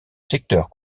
secteur